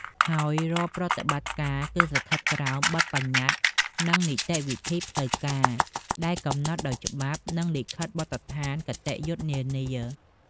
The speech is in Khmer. ហើយរាល់ប្រតិបត្តិការគឺស្ថិតក្រោម បទប្បញ្ញត្តិ និងនីតិវិធីផ្លូវការ ដែលកំណត់ដោយច្បាប់ និងលិខិតបទដ្ឋានគតិយុត្តនានា។